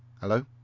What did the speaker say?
hello